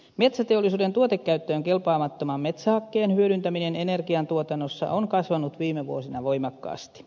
metsäteollisuuden tuotekäyttöön kelpaamattoman metsähakkeen hyödyntäminen energiantuotannossa on kasvanut viime vuosina voimakkaasti